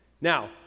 Now